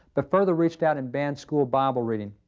but further reached out and banned school bible readin.